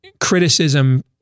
criticism